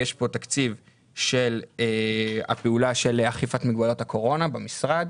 יש פה תקציב של הפעולה של אכיפת מגבלות הקורונה במשרד.